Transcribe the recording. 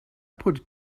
put